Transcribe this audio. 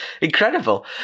Incredible